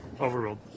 Overruled